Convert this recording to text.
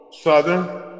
Southern